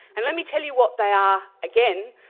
and let me tell you what they are again,